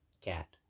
cat